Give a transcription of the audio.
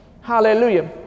Hallelujah